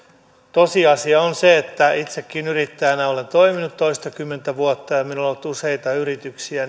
tosiasia on kyllä se itsekin olen yrittäjänä toiminut toistakymmentä vuotta ja minulla on ollut useita yrityksiä